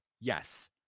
yes